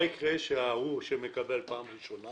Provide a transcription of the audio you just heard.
מה יקרה כשההוא שמקבל פעם ראשונה